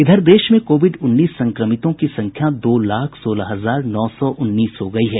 इधर देश में कोविड उन्नीस संक्रमितों की संख्या दो लाख सोलह हजार नौ सौ उन्नीस हो गई है